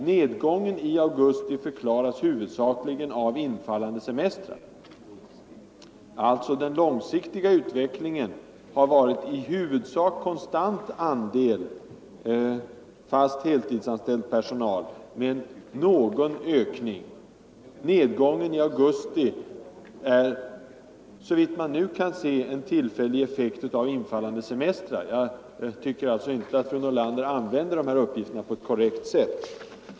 Nedgången i augusti förklaras huvudsakligen av infallande semestrar.” Den långsiktiga utvecklingen har alltså varit i huvudsak konstant när det gäller andelen fast heltidsanställd personal — med någon ökning. Nedgången i augusti är, såvitt man nu kan se, en tillfällig effekt av infallande semestrar. Fru Nordlander använde alltså inte de här uppgifterna på ett 75 korrekt sätt.